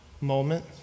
moment